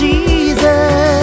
Jesus